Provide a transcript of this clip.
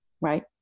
right